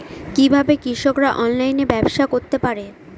কিভাবে কৃষকরা অনলাইনে ব্যবসা করতে পারে?